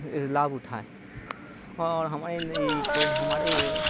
لابھ اٹھائیں اور ہمارے کو ہمارے